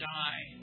die